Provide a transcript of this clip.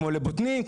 כמו לבוטנים,